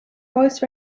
voice